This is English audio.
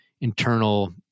internal